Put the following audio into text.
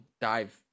dive